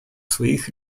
своих